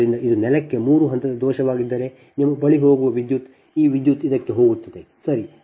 ಆದ್ದರಿಂದ ಅದು ನೆಲಕ್ಕೆ ಮೂರು ಹಂತದ ದೋಷವಾಗಿದ್ದರೆ ನಿಮ್ಮ ಬಳಿಗೆ ಹೋಗುವ ವಿದ್ಯುತ್ ಈ ವಿದ್ಯುತ್ ಇದಕ್ಕೆ ಹೋಗುತ್ತದೆ ಸರಿ